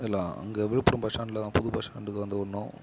இல்லை அங்கே விழுப்புரம் பஸ் ஸ்டாண்டில் தான் புது பஸ்டாண்டுக்கு வந்து விட்ணும்